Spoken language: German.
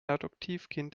adoptivkind